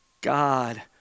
God